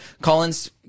Collins